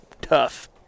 tough